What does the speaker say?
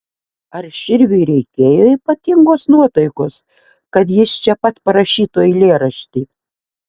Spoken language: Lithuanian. ar širviui reikėjo ypatingos nuotaikos kad jis čia pat parašytų eilėraštį